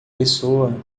pessoa